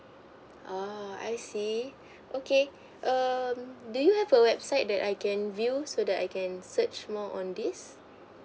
uh I see okay um do you have a website that I can view so that I can search more on this